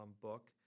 book